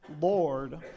Lord